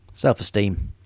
Self-Esteem